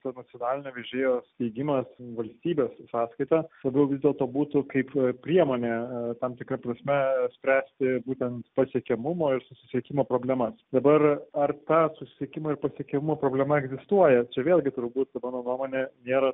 nacionalinio vežėjo steigimas valstybės sąskaita labiau vis dėlto būtų kaip priemonė tam tikra prasme spręsti būtent pasiekiamumo ir susisiekimo problemas dabar ar ta susisiekimo ir pasiekimo problema egzistuoja čia vėlgi turbūt mano nuomone nėra